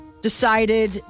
decided